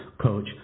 coach